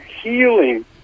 healing